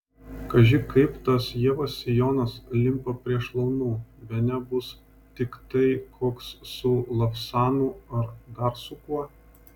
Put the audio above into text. kaži kaip tas ievos sijonas limpa prie šlaunų bene bus tiktai koks su lavsanu ar dar su kuo